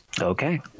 okay